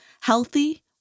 Healthy